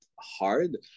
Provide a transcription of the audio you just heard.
hard